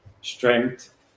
strength